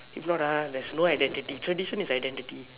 if not ah there's no identity tradition is identity